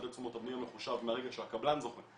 מדד תשומות הבנייה מחושב מהרגע שהקבלן זוכה,